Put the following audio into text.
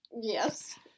Yes